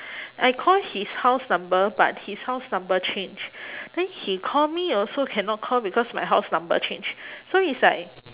I call his house number but his house number change then he call me also cannot call because my house number change so is like